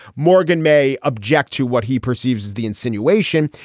morgan may object to what he perceives as the insinuation.